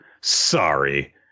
Sorry